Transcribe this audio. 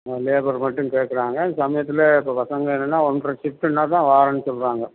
ஆ labour மட்டும் கேட்கறாங்க சமயத்தில் இப்போ பசங்கள் என்னென்னால் ஒன்றரை சிப்ட்டுன்னால் தான் வரேன்னு சொல்கிறாங்க